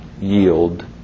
yield